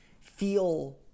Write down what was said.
feel